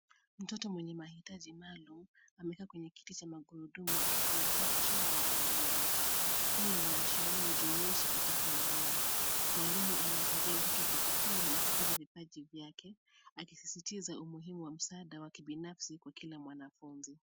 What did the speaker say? Mtoto mwenye mahaitaji maalum amekaa kwenye kiti cha magurudumu akifurahia kuchora na mwalimu wake. Hii inaashiria ujumuishi katika elimu. Mwalimu anamsaidia mtoto kujifunza na kukuza kipaji chake akisisitiza umuhimu wa msaada wa kibinafsi kwa kila mwanafunzi.